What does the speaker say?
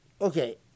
okay